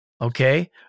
Okay